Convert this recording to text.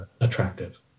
attractive